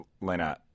Lena